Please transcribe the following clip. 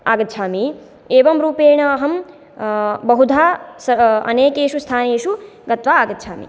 आगच्छामि एवं रूपेण अहं बहुधा स अनेकेषु स्थानेषु गत्वा आगच्छामि